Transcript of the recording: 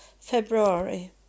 February